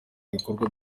ibikorwa